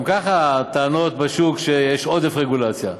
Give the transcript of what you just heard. גם ככה הטענות בשוק הן שיש עודף רגולציה.